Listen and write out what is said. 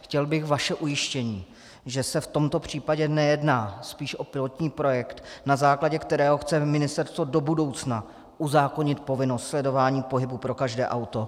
Chtěl bych vaše ujištění, že se v tomto případě nejedná spíš o pilotní projekt, na základě kterého chce ministerstvo do budoucna uzákonit povinnost sledování pohybu pro každé auto.